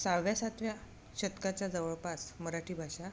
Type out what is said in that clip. सहाव्या सातव्या शतकाच्या जवळपास मराठी भाषा